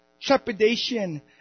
trepidation